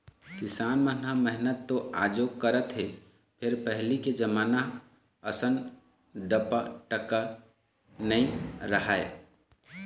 किसान मन ह मेहनत तो आजो करत हे फेर पहिली के जमाना असन डपटके नइ राहय